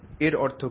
এর অর্থ কী